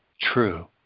true